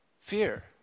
Fear